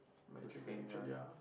to sing ah